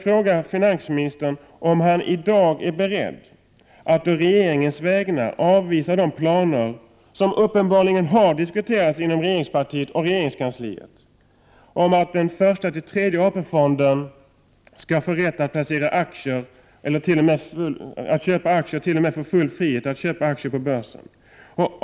Är finansministern i dag beredd att å regeringens vägnar avvisa de planer som uppenbarligen har diskuterats inom regeringspartiet och i regeringskansliet, dvs. om att den 1:a—3:e AP-fonden skall få full frihet att köpa aktier på börsen?